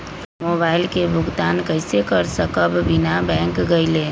Mobile के भुगतान कईसे कर सकब बिना बैंक गईले?